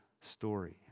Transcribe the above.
story